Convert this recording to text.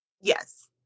Yes